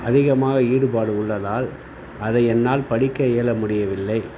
அதிகமாக ஈடுபாடு உள்ளதால் அதை என்னால் படிக்க இயல முடியவில்லை